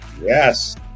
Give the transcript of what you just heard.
Yes